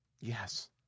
Yes